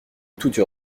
toute